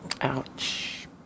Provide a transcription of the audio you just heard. Ouch